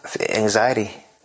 anxiety